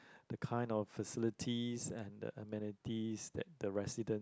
the kind of facilities and the amenities that the resident